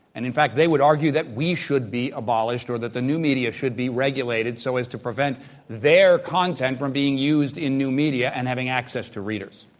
and in fact, they would argue that we should be abolished or that the new media should be regulated so as to prevent their content from being used in new media and having access to readers.